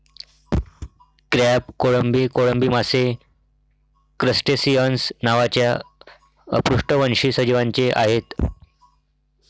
crab, कोळंबी, कोळंबी मासे क्रस्टेसिअन्स नावाच्या अपृष्ठवंशी सजीवांचे आहेत